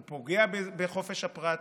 הוא פוגע בחופש הפרט.